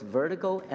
vertical